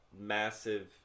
massive